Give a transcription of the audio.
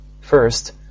First